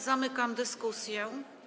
Zamykam dyskusję.